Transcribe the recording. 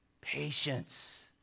Patience